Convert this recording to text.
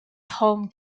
home